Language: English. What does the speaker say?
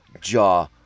jaw